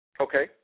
okay